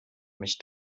mich